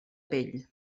pell